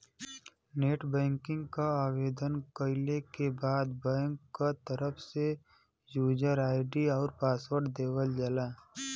net banking क आवेदन कइले के बाद बैंक क तरफ से यूजर आई.डी आउर पासवर्ड देवल जाला